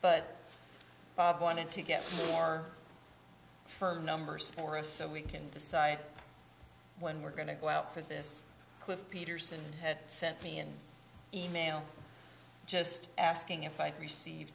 but bob wanted to get our firm numbers for us so we can decide when we're going to go out for this peterson had sent me an email just asking if i received